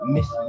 Miss